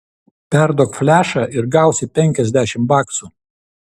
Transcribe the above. perduok flešą ir gausi penkiasdešimt baksų